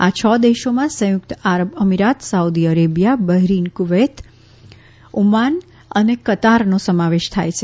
આ છ દેશોમાં સંયુકત આરબ અમીરાત Saudi Arabia Bahrain Kuwait Oman અને કતારનો સમાવેશ થાય છે